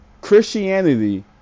Christianity